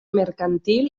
mercantil